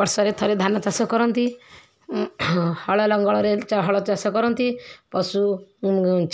ବର୍ଷରେ ଥରେ ଧାନ ଚାଷ କରନ୍ତି ହଳ ଲଙ୍ଗଳରେ ହଳ ଚାଷ କରନ୍ତି ପଶୁ